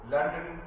London